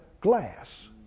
glass